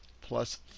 plus